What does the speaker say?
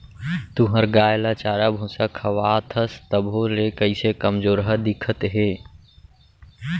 तुंहर गाय ल चारा भूसा खवाथस तभो ले कइसे कमजोरहा दिखत हे?